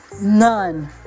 None